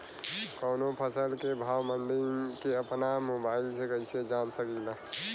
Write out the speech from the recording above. कवनो फसल के भाव मंडी के अपना मोबाइल से कइसे जान सकीला?